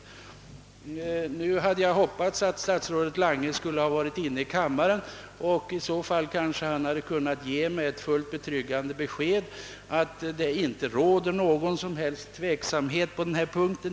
Nu hade jag hoppats att statsrådet Lange skulle vara närvarande i kammaren, och i så fall hade han kanske kunnat ge mig ett fullt betryggande besked att det inte råder någon som helst tveksamhet på denna punkt.